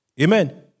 Amen